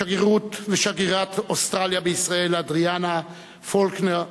שגרירת אוסטרליה בישראל אדריאנה פולקנר,